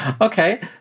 Okay